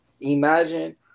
Imagine